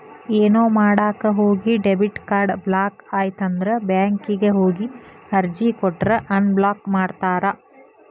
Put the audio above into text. ಏನೋ ಮಾಡಕ ಹೋಗಿ ಡೆಬಿಟ್ ಕಾರ್ಡ್ ಬ್ಲಾಕ್ ಆಯ್ತಂದ್ರ ಬ್ಯಾಂಕಿಗ್ ಹೋಗಿ ಅರ್ಜಿ ಕೊಟ್ರ ಅನ್ಬ್ಲಾಕ್ ಮಾಡ್ತಾರಾ